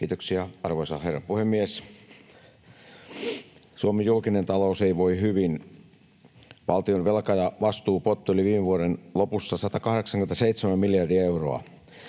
Kiitoksia, arvoisa herra puhemies! Suomen julkinen talous ei voi hyvin. Valtion velka- ja vastuupotti oli viime vuoden lopussa 187 miljardia euroa.